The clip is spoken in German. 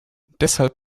deshalb